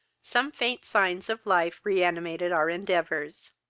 some faint signs of life reanimated our endeavours.